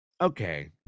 okay